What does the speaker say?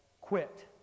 quit